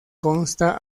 consta